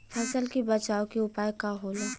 फसल के बचाव के उपाय का होला?